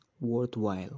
worthwhile